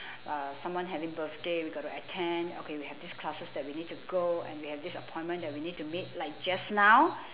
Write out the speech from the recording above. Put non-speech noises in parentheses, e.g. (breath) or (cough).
(breath) uh someone having birthday we got to attend okay we have these classes we need to go and we have this appointment that we need to meet like just now